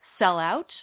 sellout